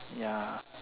ya